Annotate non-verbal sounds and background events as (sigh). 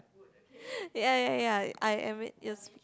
(noise) ya ya ya I admit is